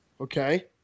okay